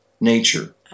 nature